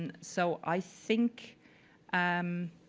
and so i think um